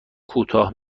کوتاه